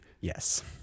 yes